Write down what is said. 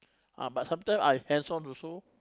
ah but sometime I hands on also